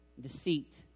deceit